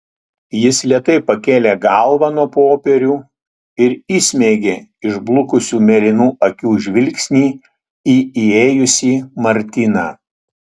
jis lėtai pakėlė galvą nuo popierių ir įsmeigė išblukusių mėlynų akių žvilgsnį į įėjusį martyną